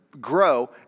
grow